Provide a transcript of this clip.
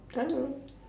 I don't know